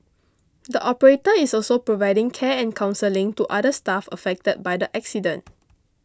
the operator is also providing care and counselling to other staff affected by the accident